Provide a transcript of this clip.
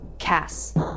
Cass